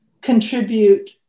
contribute